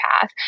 path